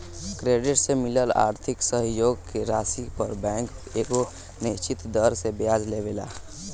credit से मिलल आर्थिक सहयोग के राशि पर बैंक एगो निश्चित दर से ब्याज लेवेला